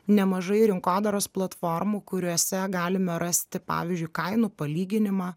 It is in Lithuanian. nemažai rinkodaros platformų kuriuose galime rasti pavyzdžiui kainų palyginimą